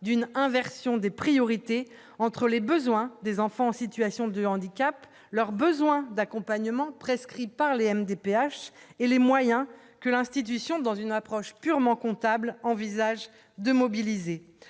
d'une inversion des priorités entre les besoins des enfants en situation de handicap leur besoin d'accompagnement prescrit parler MDPH et les moyens que l'institution dans une approche purement comptable envisage de mobiliser